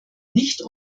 nicht